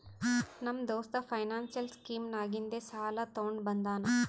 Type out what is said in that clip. ನಮ್ಮ ದೋಸ್ತ financial scheme ನಾಗಿಂದೆ ಸಾಲ ತೊಂಡ ಬಂದಾನ್